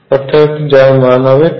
অর্থাৎ যার মান হবে 2n2